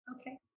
Okay